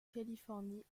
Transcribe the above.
californie